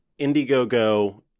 Indiegogo